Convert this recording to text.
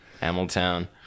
Hamilton